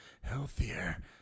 healthier